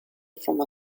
from